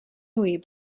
louis